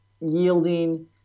yielding